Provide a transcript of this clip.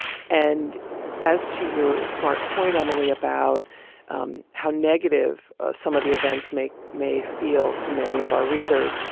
and as to your smart point, emily, about um how negative some of the events may may feel to many of our readers.